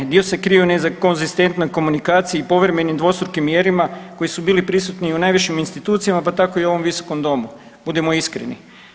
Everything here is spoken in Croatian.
Dio se krije iza nekonzistentnoj komunikaciji i povremenim dvostrukim mjerilima koji su bili prisutni i u najvišim institucijama, pa tako i u ovom visokom domu budimo iskreni.